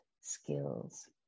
skills